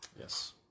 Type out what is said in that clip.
Yes